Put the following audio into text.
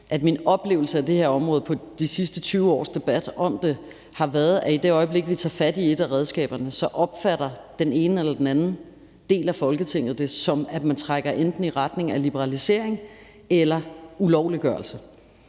at min oplevelse af det her område og de sidste 20 års debat om det har været, at i det øjeblik, vi tager fat i et af redskaberne, opfatter den ene eller den anden del af Folketinget det, som at man trækker enten i retning af liberalisering eller ulovliggørelse.